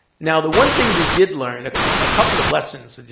now, the one thing we did learn a couple of lessons,